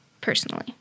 personally